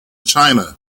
china